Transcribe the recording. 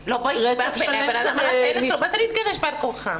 ------ מה זה "להתגרש בעל כורחם"?